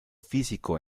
físico